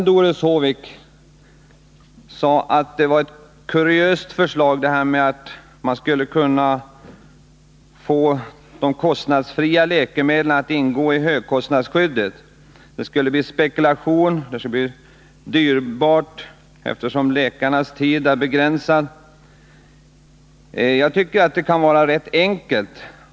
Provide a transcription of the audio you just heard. Doris Håvik sade att det var ett kuriöst förslag att låta de kostnadsfria läkemedlen ingå i högkostnadsskyddet. Det skulle bli spekulation och dyrbart, eftersom läkarnas tid är begränsad. Jag tycker att det kan vara rätt enkelt.